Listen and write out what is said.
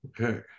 Okay